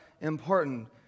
important